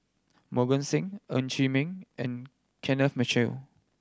Mohan Singh Ng Chee Meng and Kenneth Mitchell